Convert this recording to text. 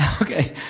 okay,